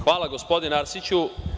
Hvala gospodine Arsiću.